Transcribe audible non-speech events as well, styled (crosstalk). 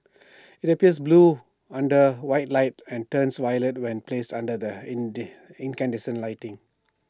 IT appears blue under white light and turns violet when placed under their (unintelligible) incandescent lighting